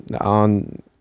on –